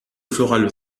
florale